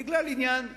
זה בגלל עניין זעיר,